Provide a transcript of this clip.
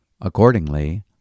Accordingly